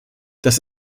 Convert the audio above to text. das